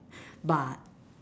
but